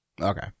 Okay